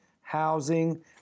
housing